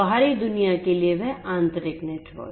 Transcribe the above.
बाहरी दुनिया के लिए वह आंतरिक नेटवर्क